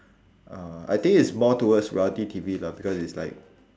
uh I think it's more towards reality T_V lah because it's like